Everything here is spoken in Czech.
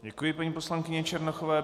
Děkuji paní poslankyni Černochové.